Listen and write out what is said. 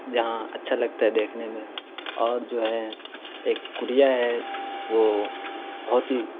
جہاں اچھا لگتا ہے دیکھنے میں اور جو ہیں ایک کڈیا ہے وہ بہت ہی